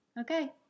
okay